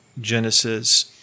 Genesis